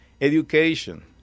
education